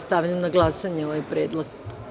Stavljam na glasanje ovaj predlog.